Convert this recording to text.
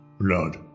Blood